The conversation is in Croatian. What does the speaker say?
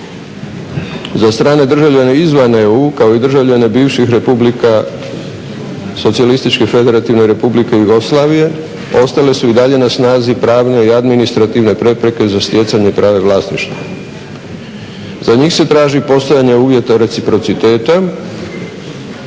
Za strane državljane izvan EU kao i državljane bivših republika SFRJ ostale su i dalje na snazi pravne i administrativne prepreke za stjecanje prava vlasništva. Za njih se traži postojanje uvjeta reciprociteta